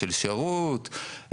של שירות,